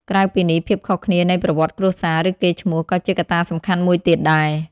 ក្រៅពីនេះ ភាពខុសគ្នានៃប្រវត្តិគ្រួសារ ឬកេរ្តិ៍ឈ្មោះ ក៏ជាកត្តាសំខាន់មួយទៀតដែរ។